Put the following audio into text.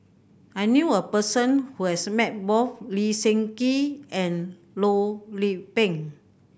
I knew a person who has met both Lee Seng Gee and Loh Lik Peng